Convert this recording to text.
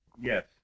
Yes